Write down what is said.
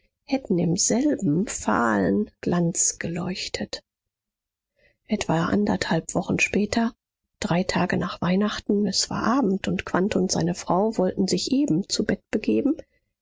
hätten im selben fahlen glanz geleuchtet etwa anderthalb wochen später drei tage nach weihnachten es war abend und quandt und seine frau wollten sich eben zu bett begeben